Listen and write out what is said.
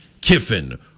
Kiffin